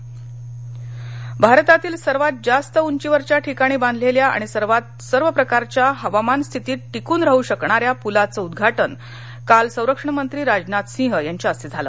राजनाथ सिंह भारतातील सर्वात जास्त उंचीवरच्या ठिकाणी बांधलेल्या आणि सर्व प्रकारच्या हवामान स्थितीत टिकून राहू शकणाऱ्या पुलाचं उद्घाटन काल संरक्षण मंत्री राजनाथ सिंह यांच्या हस्ते झालं